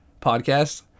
podcast